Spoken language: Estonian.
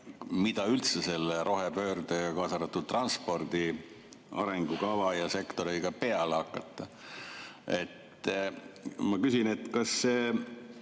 mida üldse selle rohepöördega, kaasa arvatud transpordi arengukava ja sektoriga, peale hakata. Ma küsin, kas üldse